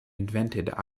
invented